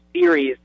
series